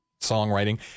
songwriting